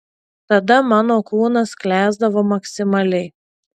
tada mano kūnas sklęsdavo maksimaliai